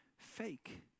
fake